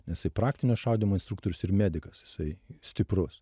jisai praktinio šaudymo instruktorius ir medikas jisai stiprus